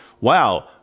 wow